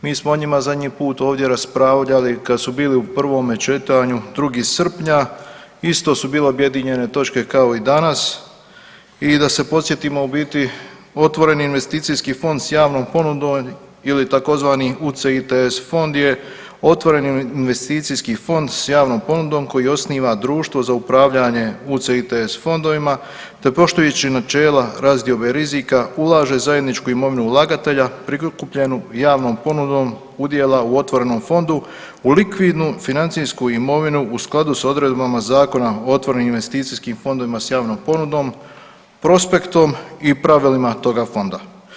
Mi smo o njima zadnji put ovdje raspravljali kad su bili u prvome čitanju 2. srpnja, isto su bile objedinjene točke kao i danas i da se podsjetimo u biti otvoreni investicijski fond s javnom ponudom ili tzv. UCITS fond je otvoreni investicijski fond s javnom ponudom koji osnova društvo za upravljanje UCITS fondovima te poštujući načela razdiobe rizika ulaže zajedničku imovinu ulagatelja prikupljenu javnom ponudom udjela u otvorenom fondu u likvidnu financijsku imovinu u skladu s odredbama Zakona o otvorenim investicijskim fondovima s javnom ponudom, prospektom i pravilima toga fonda.